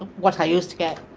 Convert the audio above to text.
what i used to get,